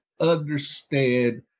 understand